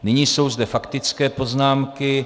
Nyní jsou zde faktické poznámky.